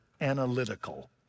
analytical